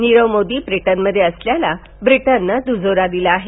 नीरव मोदी ब्रिटनमध्ये असल्याला ब्रिटननं दुजोरा दिला आहे